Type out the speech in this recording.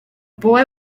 boy